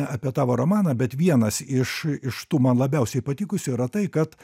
apie tavo romaną bet vienas iš iš tų man labiausiai patikusių yra tai kad